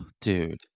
dude